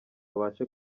abashe